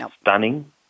stunning